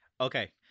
Okay